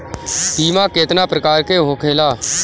बीमा केतना प्रकार के होखे ला?